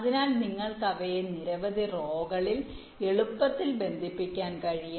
അതിനാൽ നിങ്ങൾക്ക് അവയെ നിരവധി റോകളിൽ എളുപ്പത്തിൽ ബന്ധിപ്പിക്കാൻ കഴിയും